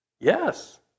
Yes